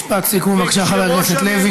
משפט סיכום, בבקשה, חבר הכנסת לוי.